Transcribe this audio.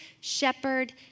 shepherd